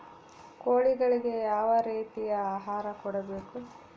ಕೋಳಿಗಳಿಗೆ ಯಾವ ರೇತಿಯ ಆಹಾರ ಕೊಡಬೇಕು?